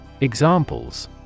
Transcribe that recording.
Examples